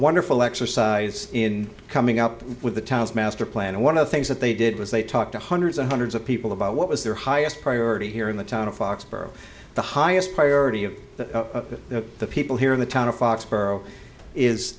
wonderful exercise in coming up with the town's master plan and one of the things that they did was they talked to hundreds and hundreds of people about what was their highest priority here in the town of foxborough the highest priority of the people here in the town of foxborough is